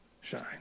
shine